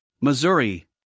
Missouri